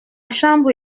chambre